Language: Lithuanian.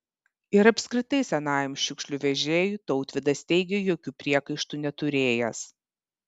ir apskritai senajam šiukšlių vežėjui tautvydas teigė jokių priekaištų neturėjęs